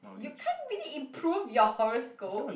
you can't really improve your horoscope